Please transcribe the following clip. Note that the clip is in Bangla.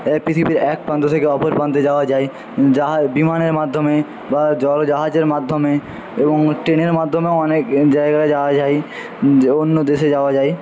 পৃথিবীর এক প্রান্ত থেকে অপর প্রান্তে যাওয়া যায় বিমানের মাধ্যমে বা জল জাহাজের মাধ্যমে এবং ট্রেনের মাধ্যমে অনেক জায়গায় যাওয়া যায় অন্য দেশে যাওয়া যায়